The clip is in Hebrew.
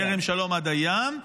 מכרם שלום עד הים,